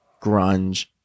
grunge